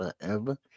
forever